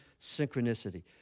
synchronicity